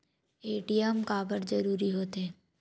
ATM काबर जरूरी हो थे?